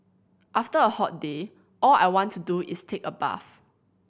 after a hot day all I want to do is take a bath